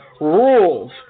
Rules